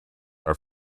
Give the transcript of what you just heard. are